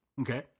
Okay